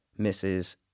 Mrs